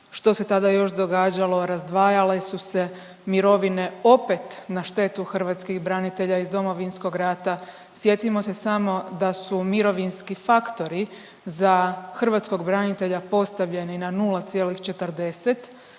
Što se tada još događalo? Razdvajale su se mirovine opet na štetu hrvatskih branitelja iz Domovinskog rata. Sjetimo se samo da su mirovinski faktori za hrvatskog branitelja postavljeni na 0,40.